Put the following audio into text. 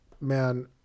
man